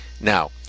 now